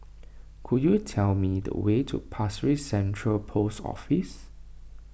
could you tell me the way to Pasir Ris Central Post Office